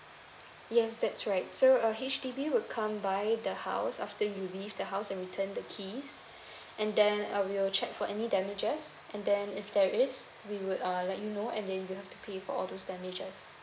yes that's right so uh H_D_B would come by the house after you leave the house and return the keys and then uh we will check for any damages and then if there is we would uh let you know and then you have to pay for all those damages